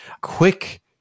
Quick